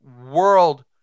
world